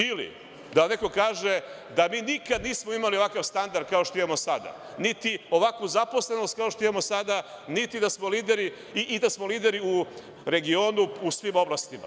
Ili da vam neko kaže da mi nikada nismo imali ovakav standard, kao što imamo sada, niti ovakvu zaposlenost, kao što imamo sada, niti da smo lideri u regionu u svim oblastima.